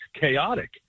chaotic